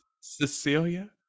Cecilia